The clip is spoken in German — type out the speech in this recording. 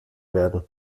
werden